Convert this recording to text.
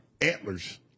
antlers